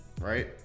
Right